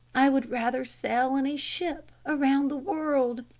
i would rather sail in a ship around the world.